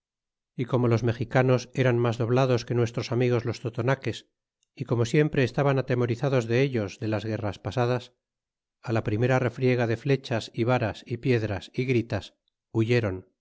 y como los mexicanos eran mas doblados que nues tros amigos los totonaques é como siempre estaban atemorizados de ellos de las guerras pasadas la primera refriega de flechas y varas y piedras y gritas huyéron